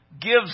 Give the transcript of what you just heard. gives